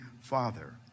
father